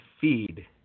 feed